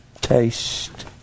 taste